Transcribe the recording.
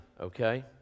okay